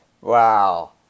Wow